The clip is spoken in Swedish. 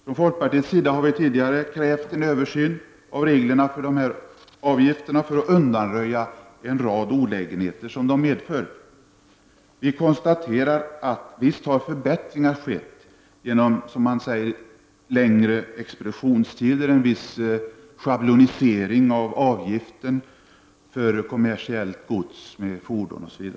Från folkparti ets sida har vi tidigare krävt en översyn av reglerna för dessa avgifter för att undanröja en rad olägenheter som de medför. Vi konstaterar att förbättringar skett genom längre expeditionstider och en viss schablonisering av avgifterna för kommersiellt gods med fordon.